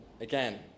again